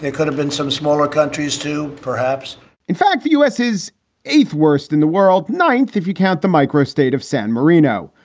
it could have been some smaller countries, too, perhaps in fact, the u s. is eighth worst in the world. ninth, if you count the micro state of san marino,